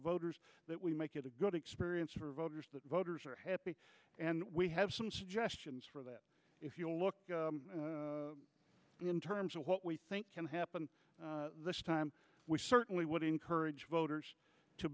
voters that we make it a good experience for voters that voters are happy and we have some suggestions for that if you look in terms of what we think can happen time we certainly would encourage voters to